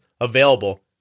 available